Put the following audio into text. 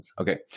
Okay